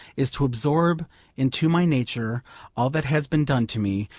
is to absorb into my nature all that has been done to me,